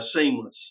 seamless